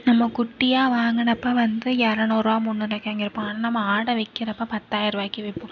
நம்ம குட்டியாக வாங்கினப்ப வந்து இரநூறு ரூபா முந்நூறு ரூபாக்கி வாங்கியிருப்போம் ஆனால் நம்ம ஆடை விற்கிறப்ப பத்தாயிரம் ரூபாக்கி விற்போம்